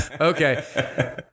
Okay